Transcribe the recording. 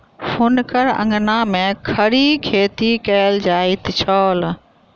हुनकर आंगन में खड़ी खेती कएल जाइत छल